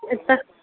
ओतय